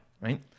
right